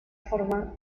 forma